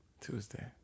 Tuesday